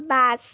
bus